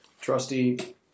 trusty